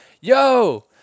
Yo